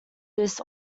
this